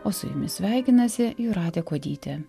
o su jumis sveikinasi jūratė kuodytė